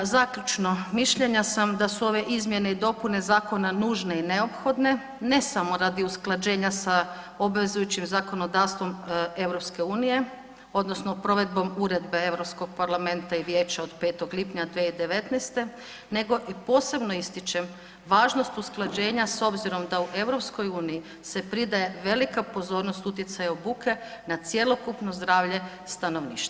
Zaključno, mišljenja sam da su ove izmjene i dopune zakona nužne i neophodne, ne samo radi usklađenja sa obvezujućim zakonodavstvom EU odnosno provedbe uredbe EU parlamenta i Vijeća od 5. lipnja 2019. nego i posebno ističem važnost usklađenja s obzirom da u EU se pridaje velika pozornost utjecaja od buke na cjelokupno zdravlje stanovništva.